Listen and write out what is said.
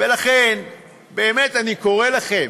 ולכן, באמת אני קורא לכם: